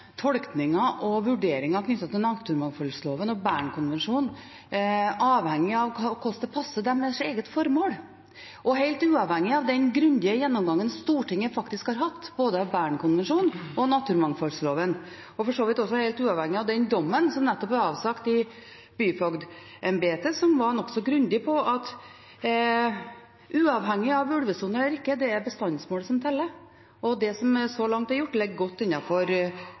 og vurderinger knyttet til naturmangfoldloven og Bernkonvensjonen avhengig av hvordan det passer deres eget formål, helt uavhengig av den grundige gjennomgangen Stortinget faktisk har hatt både av Bernkonvensjonen og av naturmangfoldloven, og for så vidt også helt uavhengig av den dommen som nettopp er avsagt i byfogdembetet, som var nokså grundig på at ulvesone eller ikke, det er bestandsmålet som teller, og det som så langt er gjort, ligger godt